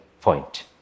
point